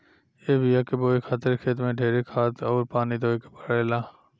ए बिया के बोए खातिर खेत मे ढेरे खाद अउर पानी देवे के पड़ेला